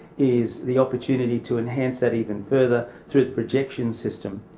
is the opportunity to enhance that even further through the projection system.